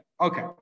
Okay